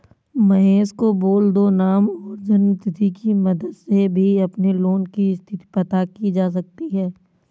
महेश को बोल दो नाम और जन्म तिथि की मदद से भी अपने लोन की स्थति पता की जा सकती है